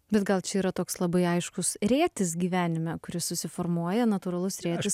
bet gal čia yra toks labai aiškus rėtis gyvenime kuris susiformuoja natūralus rėtis